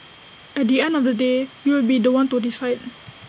at the end of the day you will be The One to decide